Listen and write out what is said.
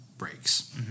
breaks